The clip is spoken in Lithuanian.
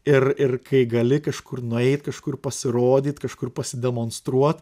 ir ir kai gali kažkur nueit kažkur pasirodyt kažkur pasidemonstruot